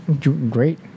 Great